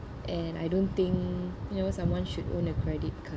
and I don't think you know someone should own a credit card